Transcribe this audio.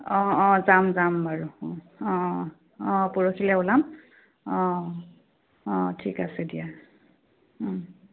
অঁ অঁ যাম যাম বাৰু অঁ অঁ অ অঁ পৰহিলৈ ওলাম অঁ অঁ ঠিক আছে দিয়া